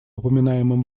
упоминаемый